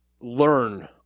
learn